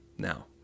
Now